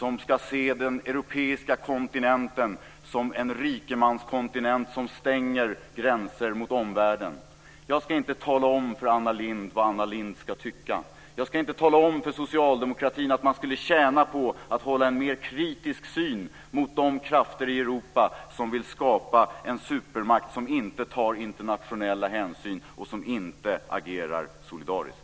De ser den europeiska kontinenten som en rikemanskontinent som stänger gränser mot omvärlden. Jag ska inte tala om för Anna Lindh vad Anna Lindh ska tycka. Jag ska inte tala om för Socialdemokraterna att de skulle tjäna på att ha en mer kritisk syn på de krafter i Europa som vill skapa en supermakt som inte tar internationella hänsyn och som inte agerar solidariskt.